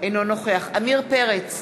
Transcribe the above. אינו נוכח עמיר פרץ,